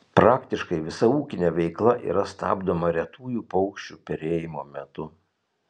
praktiškai visa ūkinė veikla yra stabdoma retųjų paukščių perėjimo metu